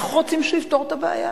איך רוצים שהוא יפתור את הבעיה?